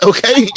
Okay